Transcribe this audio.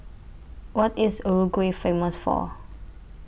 What IS Uruguay Famous For